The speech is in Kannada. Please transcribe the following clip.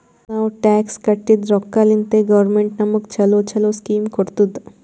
ನಾವ್ ಟ್ಯಾಕ್ಸ್ ಕಟ್ಟಿದ್ ರೊಕ್ಕಾಲಿಂತೆ ಗೌರ್ಮೆಂಟ್ ನಮುಗ ಛಲೋ ಛಲೋ ಸ್ಕೀಮ್ ಕೊಡ್ತುದ್